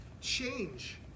change